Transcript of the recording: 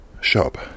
shop